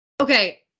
Okay